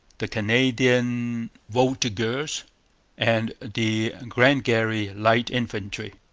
the canadian voltigeurs, and the glengarry light infantry.